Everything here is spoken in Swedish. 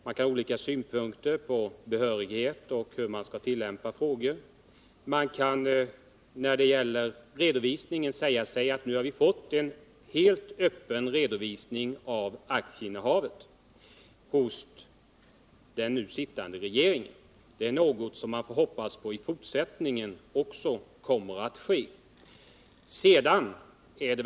Man kan naturligtvis ha olika synpunkter på behörighet och hur skilda frågor skall handläggas. Det kan också sägas att vi nu har fått en helt öppen redovisning av aktieinnehavet hos den sittande regeringens medlemmar. Man kan hoppas att så kommer att ske även i fortsättningen.